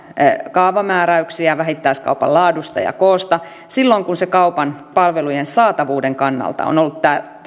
kaavamääräyksiä vähittäiskaupan laadusta ja koosta silloin kun se kaupan palvelujen saatavuuden kannalta on ollut